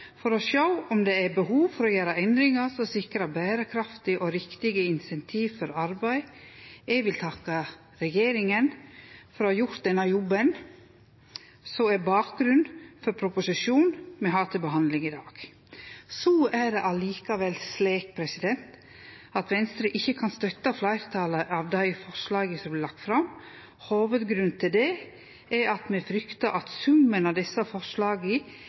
for å sjå om det er behov for å gjere endringar som sikrar berekraftige og riktige insentiv for arbeid. Eg vil takke regjeringa for å ha gjort denne jobben, som er bakgrunnen for proposisjonen me har til behandling i dag. Så er det likevel slik at Venstre ikkje kan støtte fleirtalet av dei forslaga som er lagde fram. Hovudgrunnen til det er at me fryktar at summen av desse forslaga